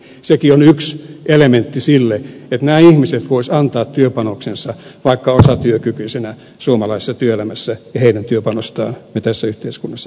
sekin on yksi elementti sille että nämä ihmiset voisivat antaa työpanoksensa vaikka osatyökykyisinä suomalaisessa työelämässä ja heidän työpanostaan me tässä yhteiskunnassa tarvitsemme